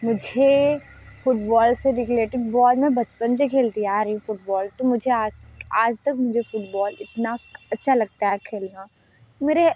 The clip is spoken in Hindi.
मुझे फुटबॉल से रिलेटेड बॉल में बचपन से खेलती आ रही हूँ फुटबॉल तो मुझे आज आज तक मुझे फुटबॉल इतना अच्छा लगता है खेलना मेरे